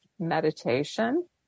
meditation